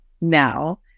now